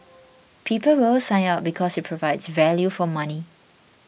people will sign up because it provides value for money